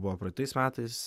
buvo praeitais metais